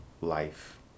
life